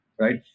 right